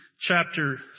chapter